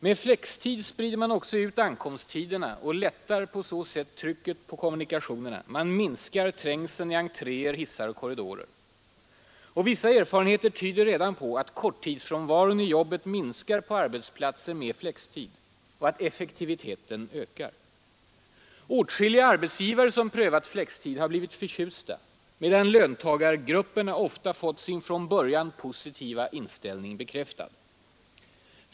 Med flextid sprider man också ut ankomsttiderna och lättar på så sätt trycket på kommunikationerna, minskar trängseln i entréer, hissar och korridorer. Vissa erfarenheter tyder redan på att korttidsfrånvaron i jobbet minskar på arbetsplatser med flextid och att effektiviteten ökar. Åtskilliga arbetsgivare som prövat flextid har blivit förtjusta, medan löntagargrupperna i regel fått sin från början positiva inställning bekräftad.